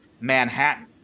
Manhattan